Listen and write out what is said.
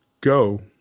go